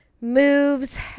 moves